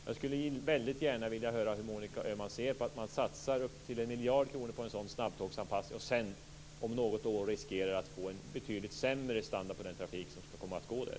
Jag skulle väldigt gärna vilja hör hur Monica Öhman ser på att man satsar upp till 1 miljard på en sådan snabbtågsanpassning och senare riskerar att få en betydligt sämre standard på den trafik som skall gå där.